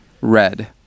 red